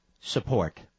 support